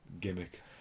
gimmick